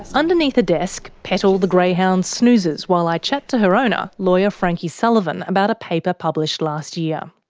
ah underneath a desk, petal the greyhound snoozes while i chat to her owner, lawyer frankie sullivan, about a paper published last year.